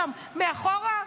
שם מאחורה.